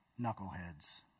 knuckleheads